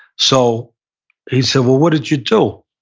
so he said, well, what did you do?